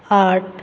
आठ